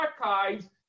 Archives